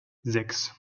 sechs